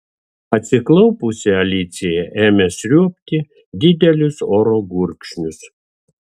atsiklaupusi alicija ėmė sriuobti didelius oro gurkšnius